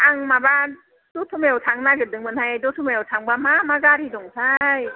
आं माबा दथमायाव थांनो नागेरदोंमोनहाय दथमयाव थांबा मा मा गारि दंथाय